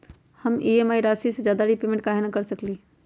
हम ई.एम.आई राशि से ज्यादा रीपेमेंट कहे न कर सकलि ह?